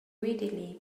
readily